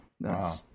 Wow